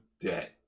debt